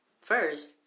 first